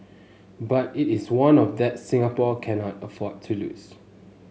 but it is one of that Singapore cannot afford to lose